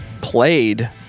played